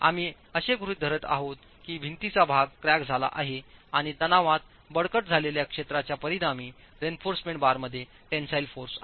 आम्ही असे गृहीत धरत आहोत की भिंतीचा भाग क्रॅक झाला आहे आणि तणावात बळकट झालेल्या क्षेत्राच्या परिणामी रेइन्फॉर्समेंट बार मध्ये टेन्सिल फोर्स आहे